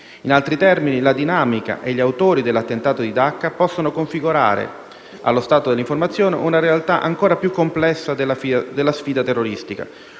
In altri termini, la dinamica e gli autori dell'attentato di Dacca possono configurare, allo stato delle informazioni, una realtà ancor più complessa della sfida terroristica.